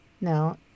No